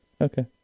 Okay